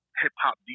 hip-hop